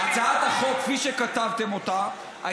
הצעת החוק הכתובה, אתה מבין כמה אתה צבוע?